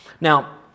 Now